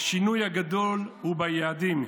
"השינוי הגדול הוא ביעדים.